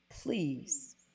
please